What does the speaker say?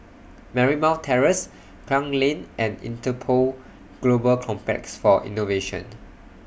Marymount Terrace Klang Lane and Interpol Global Complex For Innovation